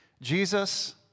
Jesus